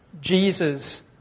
Jesus